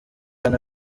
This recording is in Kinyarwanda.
hano